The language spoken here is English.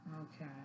okay